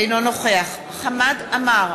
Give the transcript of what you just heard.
אינו נוכח חמד עמאר,